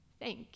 thank